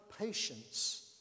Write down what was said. patience